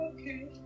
Okay